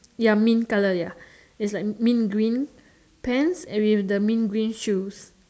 ya mint colour ya it's like mint green pants and with the mint green shoes